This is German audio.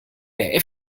der